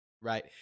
Right